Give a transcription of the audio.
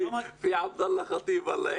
רק עבדאללה חטיב.